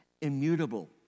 immutable